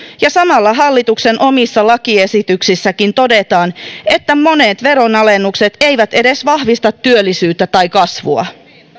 ja samalla hallituksen omissa lakiesityksissäkin todetaan että monet veronalennukset eivät edes vahvista työllisyyttä tai kasvua